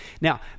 Now